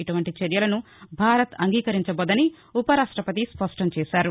ఇటువంటి చర్యలను భారత్ అంగీకరించబోదని ఉపరాష్టపతి స్పష్టం చేశారు